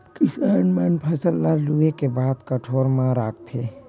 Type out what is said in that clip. किसान मन फसल ल लूए के बाद कोठर म राखथे